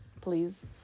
Please